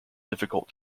difficult